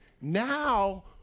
Now